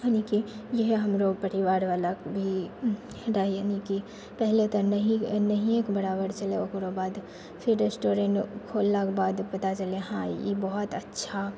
यानी कि ईहे हमरो परिवारवला भी पहिले तऽ नहिएके बराबर छलै ओकरो बाद फिर रेस्टोरेन्ट खोललाके बाद पता चललै हँ ई बहुत अच्छा